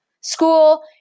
school